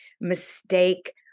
mistake